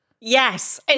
Yes